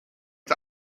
ins